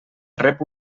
rep